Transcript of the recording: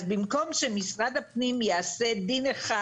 אז במקום שמשרד הפנים יעשה דין אחד